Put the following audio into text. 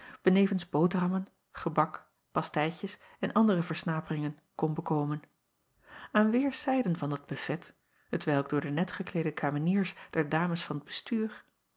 benevens boterhammen gebak pasteitjes en andere versnaperingen kon bekomen an weêrs acob van ennep laasje evenster delen zijden van dat bufet hetwelk door de net gekleede kameniers der ames van t